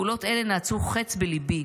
פעולות אלו נעצו חץ בליבי,